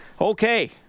Okay